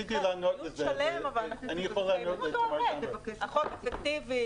דיון שלם ואנחנו לא יודעים האם החוק אפקטיבי?